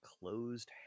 closed